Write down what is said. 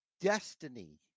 destiny